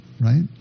right